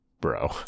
Bro